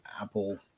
Apple